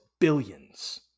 billions